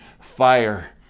fire